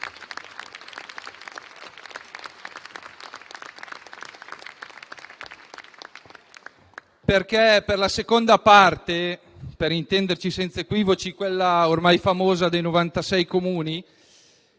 M5S)*. Per la seconda parte, per intenderci senza equivoci quella ormai famosa dei 96 Comuni,